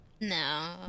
No